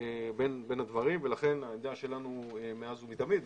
בין הדברים ולכן העמדה שלנו מאז ומתמיד,